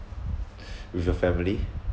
with your family